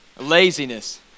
laziness